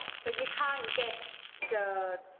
so you can't get the